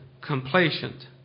complacent